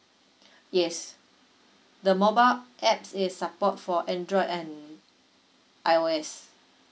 yes the mobile apps is support for android and I_O_S